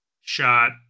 shot